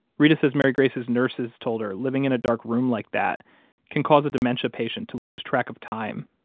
reta says mary grace's nurses told her living in a dark room like that can cause a dementia patient to lose track of time.